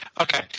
okay